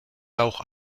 auch